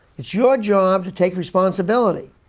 it's your job to take responsibility.